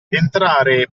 entrare